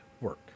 work